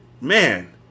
man